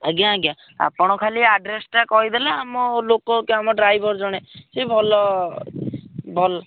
ଆଜ୍ଞା ଆଜ୍ଞା ଆପଣ ଖାଲି ଆଡ଼୍ରେସ୍ଟା କହି ଦେଲେ ଆମ ଲୋକ କି ଆମ ଡ୍ରାଇଭର୍ ଜଣେ ସେ ଭଲ ଭଲ